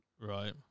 Right